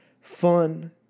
fun